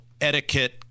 etiquette